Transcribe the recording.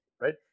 right